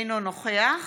אינו נוכח